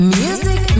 music